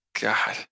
God